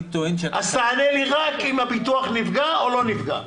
אני טוען ש --- אז תענה לי רק אם הביטוח נפגע או לא נפגע,